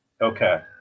Okay